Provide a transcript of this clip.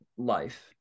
life